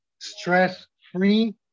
stress-free